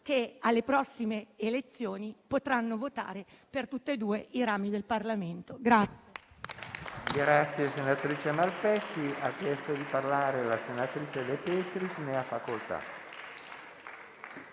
che alle prossime elezioni potranno votare per tutti e due i rami del Parlamento.